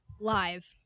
live